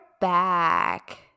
back